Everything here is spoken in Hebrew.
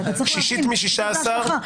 שישית מ-16 שבועות.